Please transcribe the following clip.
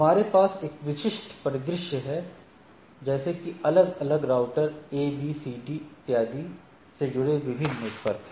हमारे पास एक विशिष्ट परिदृश्य है जैसे कि अलग अलग router A B C D आदि से जुड़े विभिन्न नेटवर्क हैं